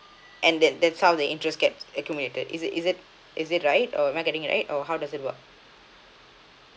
and that that's how the interest get accumulated is it is it is it right or am I getting right or how does it work